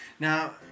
Now